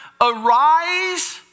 arise